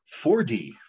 4D